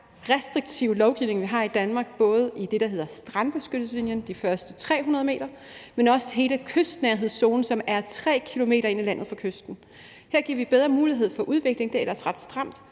restriktive lovgivning, vi har i Danmark, både i forhold til det, der hedder strandbeskyttelseslinjen, de første 300 m, men også hele kystnærhedszonen, som er 3 km ind i landet fra kysten. Her giver vi bedre mulighed for udvikling; det er ellers ret stramt.